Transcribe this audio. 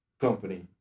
company